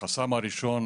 האם מתחילים איתם